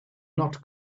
not